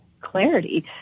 clarity